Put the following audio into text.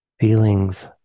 feelings